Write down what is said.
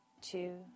two